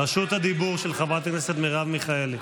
רשות הדיבור היא של חברת הכנסת מרב מיכאלי.